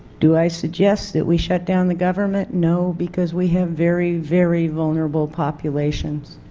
do i suggest that we shut down the government? no because we have very very vulnerable populations,